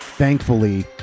thankfully